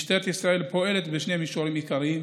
משטרת ישראל פועלת בשני מישורים עיקריים: